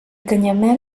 canyamel